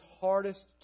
hardest